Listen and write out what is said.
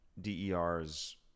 der's